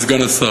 השר,